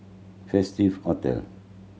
Festive Hotel